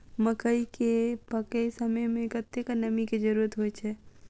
मकई केँ पकै समय मे कतेक नमी केँ जरूरत होइ छै?